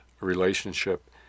relationship